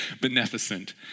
Beneficent